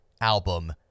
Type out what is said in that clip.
album